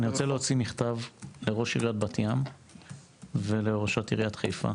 אני רוצה להוציא מכתב לראש עיריית בת ים ולראשת עיריית חיפה.